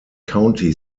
county